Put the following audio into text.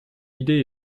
idée